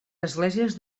esglésies